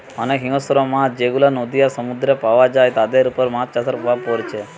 অনেক হিংস্র মাছ যেগুলা নদী আর সমুদ্রেতে পায়া যায় তাদের উপর মাছ চাষের প্রভাব পড়ছে